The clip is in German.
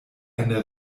eine